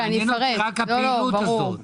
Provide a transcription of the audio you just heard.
מעניינת אותי רק הפעילות הזאת.